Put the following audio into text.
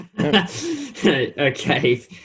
Okay